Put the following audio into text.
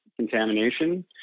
contamination